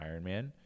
Ironman